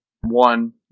one